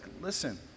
listen